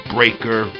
Breaker